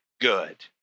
good